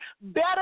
better